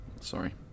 Sorry